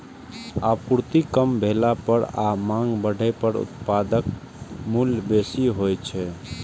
आपूर्ति कम भेला पर आ मांग बढ़ै पर उत्पादक मूल्य बेसी होइ छै